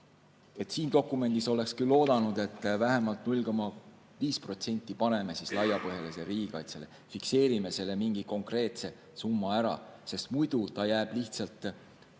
et siin dokumendis oleks küll oodanud, et vähemalt 0,5% paneme laiapõhjalisele riigikaitsele, fikseerime mingi konkreetse summa ära. Muidu see jääb lihtsalt